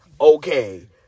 okay